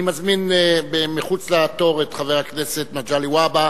אני מזמין מחוץ לתור את חבר הכנסת מגלי והבה,